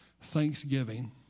Thanksgiving